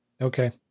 Okay